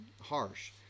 harsh